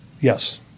Yes